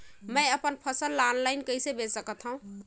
मैं अपन फसल ल ऑनलाइन कइसे बेच सकथव?